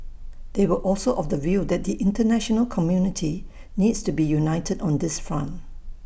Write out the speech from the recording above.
they were also of the view that the International community needs to be united on this front